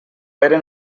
eren